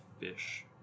fish